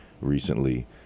recently